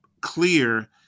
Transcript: clear